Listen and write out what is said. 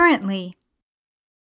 Currently